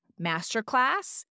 masterclass